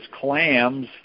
clams